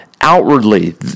Outwardly